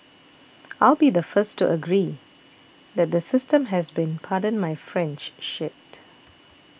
I'll be the first to agree that the system has been pardon my French shit